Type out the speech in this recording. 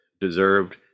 deserved